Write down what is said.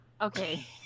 Okay